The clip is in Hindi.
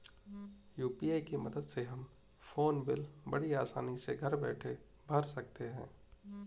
यू.पी.आई की मदद से हम फ़ोन बिल बड़ी आसानी से घर बैठे भर सकते हैं